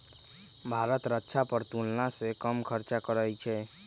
भारत रक्षा पर तुलनासे कम खर्चा करइ छइ